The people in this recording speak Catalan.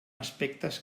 aspectes